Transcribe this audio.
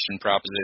proposition